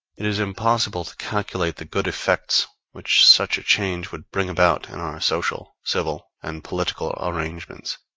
it is impossible to calculate the good effects which such a change would bring about in our social, civil and political arrangements.